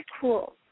Cool